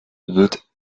wird